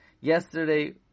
Yesterday